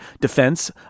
defense